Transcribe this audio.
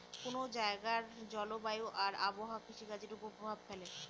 কোন জায়গার জলবায়ু আর আবহাওয়া কৃষিকাজের উপর প্রভাব ফেলে